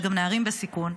יש גם נערים בסיכון,